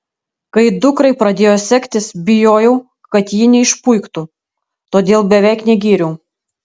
kai dukrai pradėjo sektis bijojau kad ji neišpuiktų todėl beveik negyriau